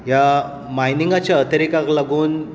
ह्या मायनिंगांच्या अतिरेकाक लागून